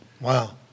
Wow